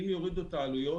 ואם יורידו את העלויות